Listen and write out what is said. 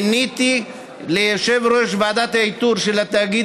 מיניתי ליושב-ראש ועדת האיתור של התאגיד